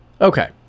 Okay